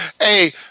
Hey